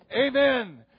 Amen